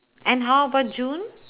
and how about june